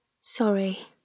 Sorry